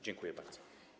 Dziękuję bardzo.